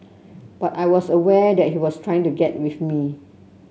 but I was aware that he was trying to get with me